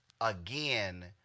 again